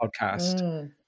podcast